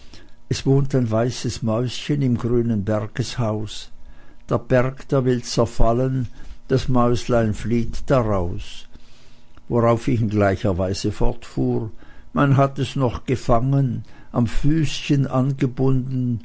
es wohnt ein weißes mäuschen im grünen bergeshaus der berg der will zerfallen das mäuslein flieht daraus worauf ich in gleicher weise fortfuhr man hat es noch gefangen am füßchen angebunden